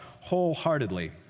wholeheartedly